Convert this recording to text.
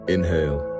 Inhale